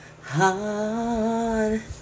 hard